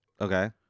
Okay